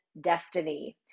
destiny